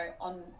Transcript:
on